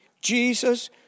Jesus